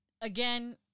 again